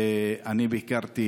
ואני ביקרתי